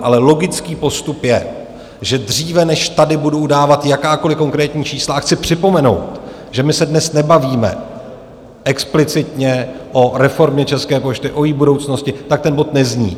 Ale logický postup je, že dříve, než tady budu udávat jakákoliv konkrétní čísla a chci připomenout, že my se dnes nebavíme explicitně o reformě České pošty, o její budoucnosti, tak ten bod nezní.